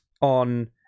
on